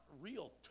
real